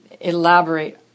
elaborate